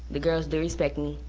the girls do respect me,